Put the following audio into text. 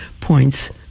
points